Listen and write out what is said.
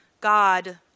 God